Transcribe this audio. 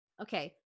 Okay